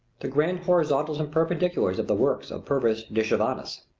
the grand horizontals and perpendiculars of the work of puvis de chavannes.